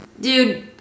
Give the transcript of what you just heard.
dude